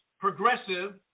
progressive